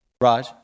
Raj